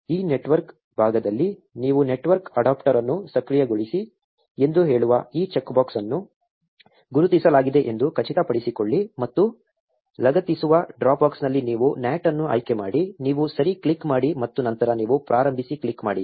ಈ ನೆಟ್ವರ್ಕ್ ಭಾಗದಲ್ಲಿ ನೀವು ನೆಟ್ವರ್ಕ್ ಅಡಾಪ್ಟರ್ ಅನ್ನು ಸಕ್ರಿಯಗೊಳಿಸಿ ಎಂದು ಹೇಳುವ ಈ ಚೆಕ್ ಬಾಕ್ಸ್ ಅನ್ನು ಗುರುತಿಸಲಾಗಿದೆ ಎಂದು ಖಚಿತಪಡಿಸಿಕೊಳ್ಳಿ ಮತ್ತು ಲಗತ್ತಿಸುವ ಡ್ರಾಪ್ ಬಾಕ್ಸ್ನಲ್ಲಿ ನೀವು NAT ಅನ್ನು ಆಯ್ಕೆ ಮಾಡಿ ನೀವು ಸರಿ ಕ್ಲಿಕ್ ಮಾಡಿ ಮತ್ತು ನಂತರ ನೀವು ಪ್ರಾರಂಭಿಸಿ ಕ್ಲಿಕ್ ಮಾಡಿ